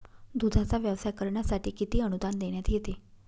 दूधाचा व्यवसाय करण्यासाठी किती अनुदान देण्यात येते?